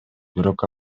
бирок